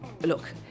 look